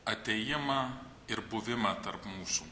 atėjimą ir buvimą tarp mūsų